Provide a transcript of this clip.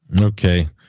Okay